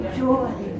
joy